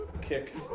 kick